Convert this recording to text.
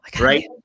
Right